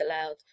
aloud